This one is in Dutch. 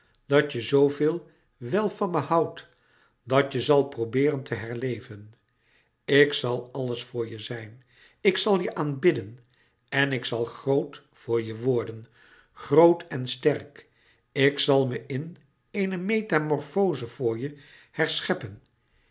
dat je zooveel wel van me houdt dat je zal probeeren te herleven ik zal alles voor je zijn ik zal je aanbidden en ik zal groot voor je worden groot en sterk ik zal me in een metamorfoze voor je herscheppen